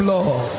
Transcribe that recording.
Lord